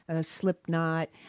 Slipknot